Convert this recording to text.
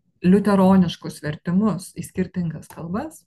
liuteroniškus vertimus į skirtingas kalbas